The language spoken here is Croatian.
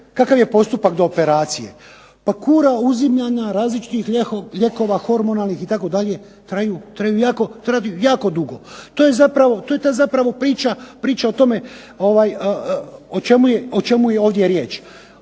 kakav je postupak do operacije? Pa kura uzimanja različitih lijekova hormonalnih itd., traju jako dugo. To je zapravo, to je ta zapravo